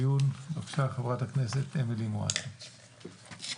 חברת הכנסת אמילי מואטי, בבקשה.